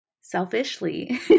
selfishly